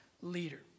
leader